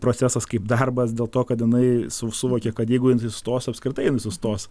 procesas kaip darbas dėl to kad jinai suvokė kad jeigu jin sustos apskritai jin sustos